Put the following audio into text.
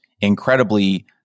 incredibly